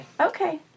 Okay